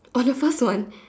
on the first one